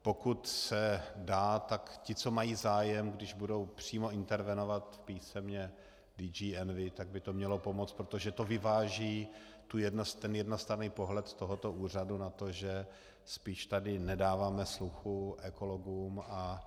Pokud se dá, tak ti, co mají zájem, když budou přímo intervenovat písemně DG ENVI, tak by to mělo pomoci, protože to vyváží jednostranný pohled tohoto úřadu na to, že spíš tady nedáváme sluchu ekologům.